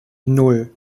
nan